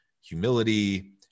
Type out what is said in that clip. humility